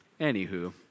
Anywho